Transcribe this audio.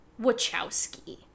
Wachowski